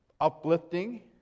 uplifting